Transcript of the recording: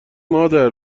مادر